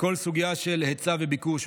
הכול סוגיה של היצע וביקוש.